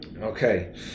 Okay